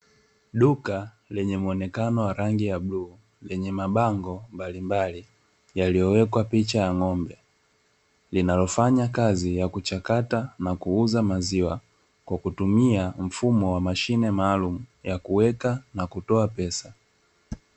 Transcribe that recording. Duka lenye muonekano wa rangi ya bluu, lenye mabango mbalimbali yaliyowekwa picha ya ngombe, linalofanya kazi ya kuchakata na kuuza maziwa kwa kutumia mfumo wa mashine maalumu wa kuweka na kutoa pesa.